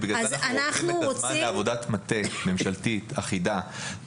ולכן אנחנו רוצים את הזמן לעבודת מטה ממשלתית אחידה,